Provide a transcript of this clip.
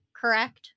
correct